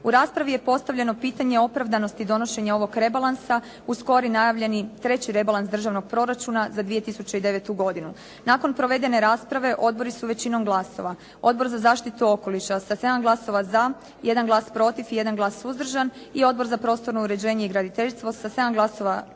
U raspravi je postavljeno pitanje opravdanosti donošenja ovoga rebalansa uz skori najavljeni treći rebalans Državnog proračuna za 2009. godinu. Nakon provedene rasprave odbori su većinom glasova Odbor za zaštitu okoliša sa 7 glasova za, 1 glas protiv i 1 glas suzdržan i Odbor za prostorno uređenje i graditeljstvo sa 7 glasova za,